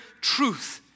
truth